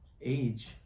age